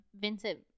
Vincent